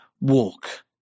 walk